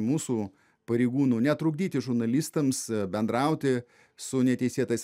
mūsų pareigūnų netrukdyti žurnalistams bendrauti su neteisėtais